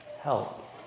help